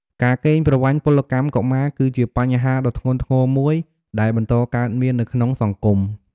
ការកេងប្រវ័ញ្ចពលកម្មកុមារ គឺជាបញ្ហាដ៏ធ្ងន់ធ្ងរមួយដែលបន្តកើតមាននៅក្នុងសង្គម។